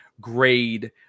grade